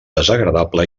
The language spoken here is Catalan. desagradable